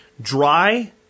Dry